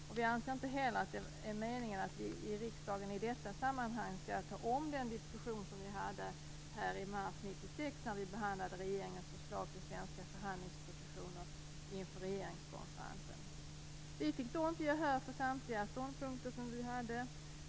Vi anser inte heller att det är meningen att vi i riksdagen i detta sammanhang skall ta om den diskussion vi hade i mars 1996, när vi behandlade regeringens förslag till svenska förhandlingspositioner inför regeringskonferensen. Vi fick då inte gehör för samtliga våra ståndpunkter.